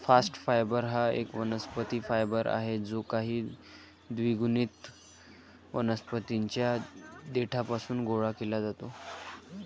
bast fibre हा एक वनस्पती फायबर आहे जो काही द्विगुणित वनस्पतीं च्या देठापासून गोळा केला जातो